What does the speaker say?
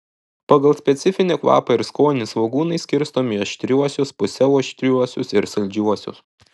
pagal specifinį kvapą ir skonį svogūnai skirstomi į aštriuosius pusiau aštriuosius ir saldžiuosius